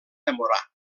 demorar